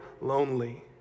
lonely